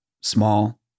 small